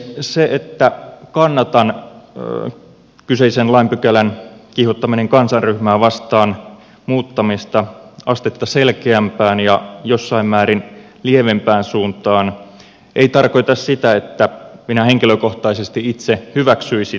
se että kannatan kyseisen lain pykälän kiihottaminen kansanryhmää vastaan muuttamista astetta selkeämpään ja jossain määrin lievempään suuntaan ei tarkoita sitä että minä henkilökohtaisesti itse hyväksyisin vihapuheen